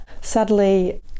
sadly